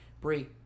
Bree